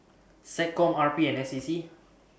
Seccom R P and S A C